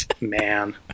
man